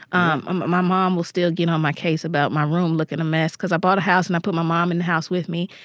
um um ah my mom will still get on my case about my room looking a mess because i bought a house, and i put my mom in the house with me.